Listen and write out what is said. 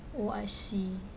oh I see